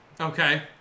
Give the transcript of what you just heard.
Okay